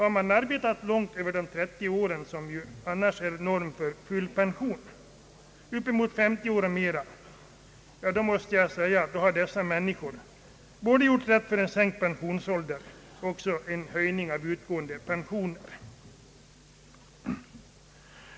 Har man arbetat långt över de 30 år, som annars är normen för full pension, uppemot 50 år och mera, har man enligt min mening gjort rätt för både en sänkt pensionsålder och en höjning av utgående pensioner.